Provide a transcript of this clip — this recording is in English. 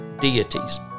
deities